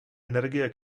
energie